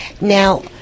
Now